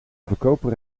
verkoper